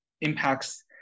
impacts